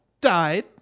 died